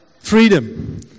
Freedom